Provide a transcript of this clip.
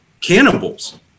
cannibals